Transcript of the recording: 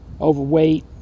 overweight